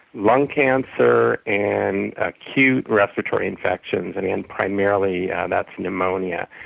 lung cancer, and acute respiratory infections, and and primarily yeah that's pneumonia.